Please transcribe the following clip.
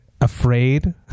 afraid